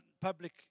public